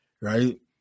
right